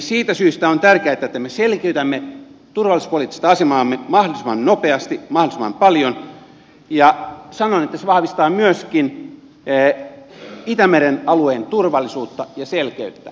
siitä syystä on tärkeätä että me selkiytämme turvallisuuspoliittista asemaamme mahdollisimman nopeasti mahdollisimman paljon ja sanon että se vahvistaa myöskin itämeren alueen turvallisuutta ja selkeyttä